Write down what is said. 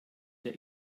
der